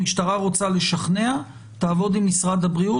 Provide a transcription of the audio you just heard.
המשטרה רוצה לשכנע תעבוד עם משרד הבריאות